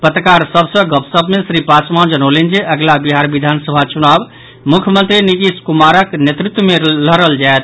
पत्रकार सभ सॅ गपशप मे श्री पासवान जनौलनि जे अगिला बिहार विधानसभा चुनाव मुख्यमंत्री नीतीश कुमारक नेतृत्व मे लड़ल जायत